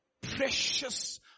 precious